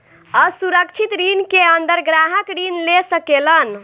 असुरक्षित ऋण के अंदर ग्राहक ऋण ले सकेलन